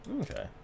Okay